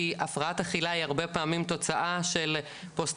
כי הפרעת אכילה היא הרבה פעמים תוצאה של פוסט